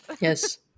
Yes